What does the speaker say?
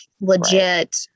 legit